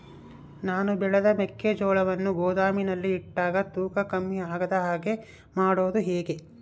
ನಾನು ಬೆಳೆದ ಮೆಕ್ಕಿಜೋಳವನ್ನು ಗೋದಾಮಿನಲ್ಲಿ ಇಟ್ಟಾಗ ತೂಕ ಕಮ್ಮಿ ಆಗದ ಹಾಗೆ ಮಾಡೋದು ಹೇಗೆ?